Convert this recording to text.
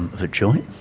of a joint,